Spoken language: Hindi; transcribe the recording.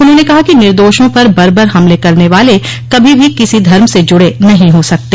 उन्होंने कहा कि निर्दोषों पर बर्बर हमले करने वाले कभी भी किसी धर्म से जुड़े नहीं हो सकते